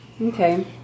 Okay